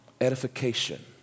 edification